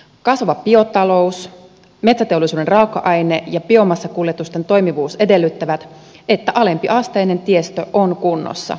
kasvava biotalous metsäteollisuuden raaka aineen ja biomassakuljetusten toimivuus edellyttävät että alempiasteinen tiestö on kunnossa